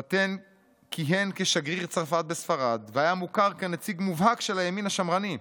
פטן כיהן כשגריר צרפת בספרד והיה מוכר כנציג מובהק של הימין השמרני.